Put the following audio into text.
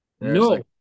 No